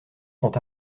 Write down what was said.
sont